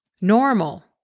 Normal